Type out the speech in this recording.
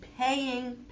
paying